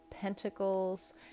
pentacles